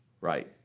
Right